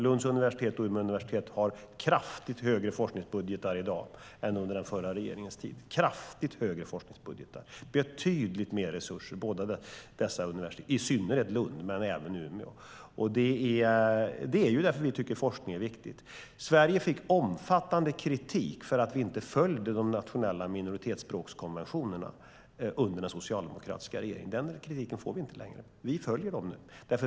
Lunds universitet och Umeå universitet har kraftigt högre forskningsbudgetar i dag än på den förra regeringens tid och betydligt mer resurser - i synnerhet Lund men även Umeå. Det har de därför att vi tycker att forskning är viktig. Sverige fick omfattande kritik för att vi inte följde de nationella minoritetsspråkskonventionerna under den socialdemokratiska regeringen. Den kritiken får vi inte längre. Vi följer dem nu.